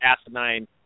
asinine